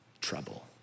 trouble